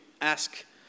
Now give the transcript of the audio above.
ask